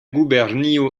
gubernio